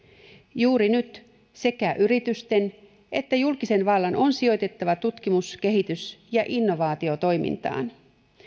juuri nyt sekä yritysten että julkisen vallan on sijoitettava tutkimus kehitys ja innovaatiotoimintaan